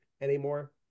anymore